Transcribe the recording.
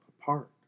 apart